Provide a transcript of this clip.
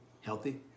healthy